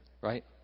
right